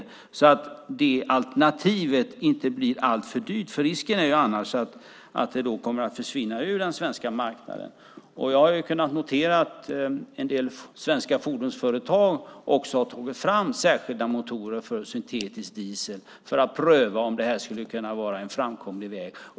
Annars blir det alternativet alltför dyrt, och risken är att det kommer att försvinna ur den svenska marknaden. Jag har kunnat notera att en del svenska fordonsföretag har tagit fram särskilda motorer för syntetisk diesel för att pröva om det skulle kunna vara en framkomlig väg.